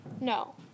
no